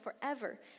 forever